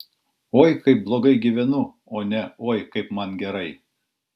oi kaip blogai gyvenu o ne oi kaip man gerai